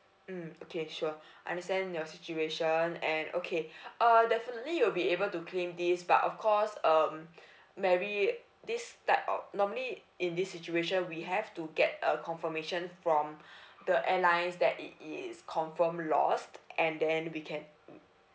mmhmm okay sure understand your situation and okay uh definitely you'll be able to claim this but of course um mary this type of normally in this situation we have to get a confirmation from the airlines that it is confirmed lost and then we can mmhmm